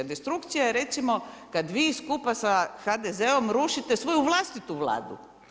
Destrukcija je recimo kad vi skupa sa HDZ-om rušite svoju vlastitu Vladu.